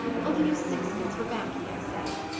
i'll give you sixpence for baccy, i say!